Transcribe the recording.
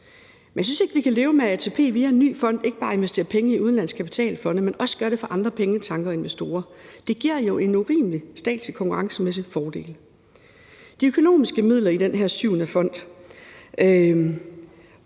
Men jeg synes ikke, at vi kan leve med, at ATP via en ny fond ikke bare investerer penge i udenlandske kapitalfonde, men også gør det for andre pengetanke og investorer. Det giver jo en urimelig statslig konkurrencemæssig fordel. De økonomiske midler i den her PEP VII-fond